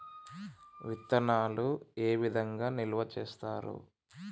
విత్తనాలు ఏ విధంగా నిల్వ చేస్తారు?